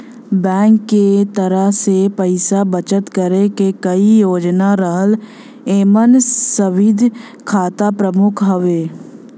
bank के तरफ से पइसा बचत करे क कई योजना रहला एमन सावधि खाता प्रमुख हउवे